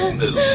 move